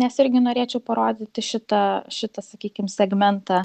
nes irgi norėčiau parodyti šitą šitą sakykim segmentą